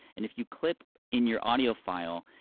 and if you clip in your audio file,